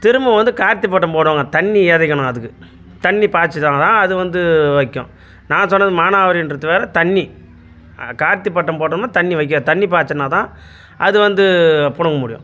திரும்ப வந்து கார்த்திகை பட்டம் போடுவாங்க தண்ணி இறைக்கணும் அதுக்கு தண்ணி பாய்ச்சினாதான் அது வந்து வைக்கும் நான் சொன்னது மானாவாரின்றது வேறு தண்ணி கார்த்திகை பட்டம் போட்டோம்னால் தண்ணி வைக்காது தண்ணி பாய்ச்சினாதான் அது வந்து பிடுங்க முடியும்